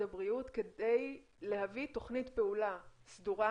הבריאות כדי להביא תוכנית פעולה סדורה,